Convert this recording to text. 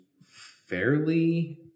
fairly